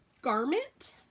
garment.